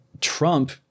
Trump